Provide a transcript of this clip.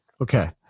Okay